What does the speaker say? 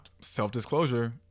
self-disclosure